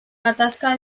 gatazka